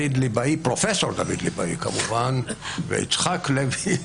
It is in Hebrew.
פרופ' דוד ליבאי ויצחק לוי.